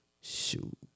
Shoot